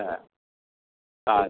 হ্যাঁ আচ্ছা